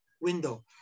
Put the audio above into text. window